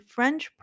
French